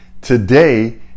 Today